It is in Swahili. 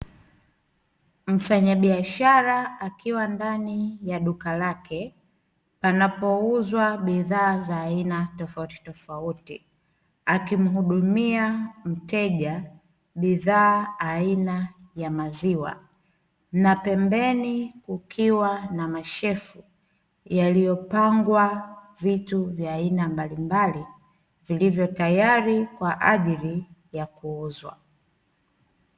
Mfanyabishara akiwa ndani ya duka lake, panapouzwa bidhaa za aina tofautitofauti, akimuhudumia mteja bidhaa aina ya maziwa, na pembeni kukiwa na mashelfu yaliyopangwa vitu vya aina mbalimbali, vilivyo tayari kwa ajili ya kuuzwa.